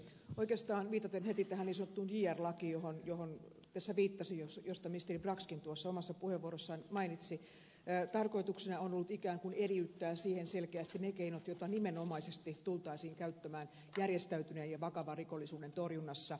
oikeastaan viitaten heti tähän niin sanottuun junior lakiin johon tässä viittasin josta ministeri braxkin omassa puheenvuorossaan mainitsi tarkoituksena on ollut ikään kuin eriyttää siihen selkeästi ne keinot joita nimenomaisesti tultaisiin käyttämään järjestäytyneen ja vakavan rikollisuuden torjunnassa